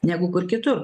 negu kur kitur